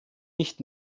nicht